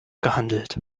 gehandelt